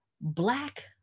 black